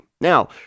Now